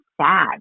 sad